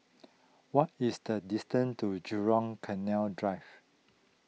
what is the distance to Jurong Canal Drive